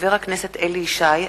חבר הכנסת אליהו ישי,